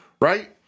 right